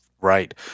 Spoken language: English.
Right